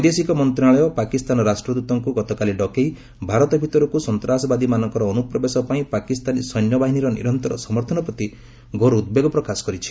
ବୈଦେଶିକ ମନ୍ତ୍ରଣାଳୟ ପାକିସ୍ତାନ ରାଷ୍ଟ୍ରଦ୍ତଙ୍କୁ ଗତକାଲି ଡକେଇ ଭାରତ ଭିତରକୁ ସନ୍ତାସବାଦୀମାନଙ୍କର ଅନୁପ୍ରବେଶ ପାଇଁ ପାକିସ୍ତାନୀ ସୈନ୍ୟ ବାହିନୀର ନିରନ୍ତର ସମର୍ଥନ ପ୍ରତି ଘୋର ଉଦ୍ବେଗ ପ୍ରକାଶ କରିଛି